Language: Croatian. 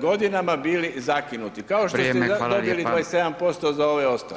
godinama bili zakinuti, [[Upadica: Vrijeme, Hvala ljepa]] kao što ste dobili 27% za ove ostale.